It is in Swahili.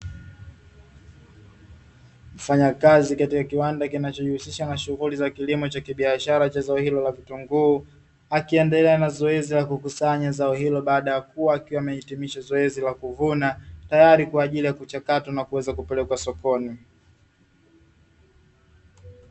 Mfanyakazi katika kiwanda kinachojihusisha shughuli za kilimo cha kibiashara cha zao hilo la vitunguu, akiendelea na zoezi la kukusanya zao hilo baada ya kuwa amehitimisha zoezi la kuvuna, tayari kwa ajili ya kuchakatwa na kuweza kupelekwa sokoni.